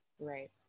Right